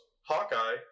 Hawkeye